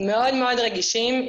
מאוד מאוד רגישים.